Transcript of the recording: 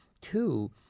Two